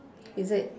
is it